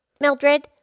Mildred